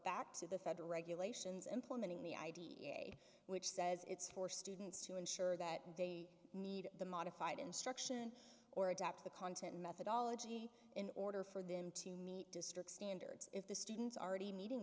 back to the federal regulations implementing the id a which says it's for students to ensure that they need the modified instruction or adapt the content methodology in order for them to strict standards if the students are already meeting